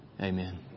Amen